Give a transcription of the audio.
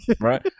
right